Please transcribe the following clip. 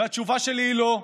והתשובה שלי היא לא.